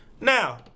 Now